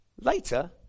Later